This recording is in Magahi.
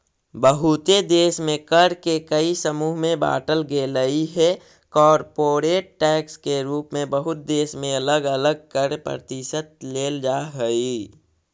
बहुते देश में कर के कई समूह में बांटल गेलइ हे कॉरपोरेट टैक्स के रूप में बहुत देश में अलग अलग कर प्रतिशत लेल जा हई